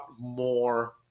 more